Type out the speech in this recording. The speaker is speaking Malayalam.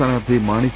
സ്ഥാനാർത്ഥി മാണി സി